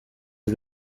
are